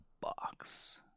box